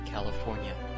California